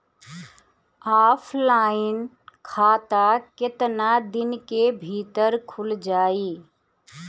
Offline खाता केतना दिन के भीतर खुल जाई?